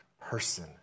person